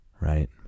Right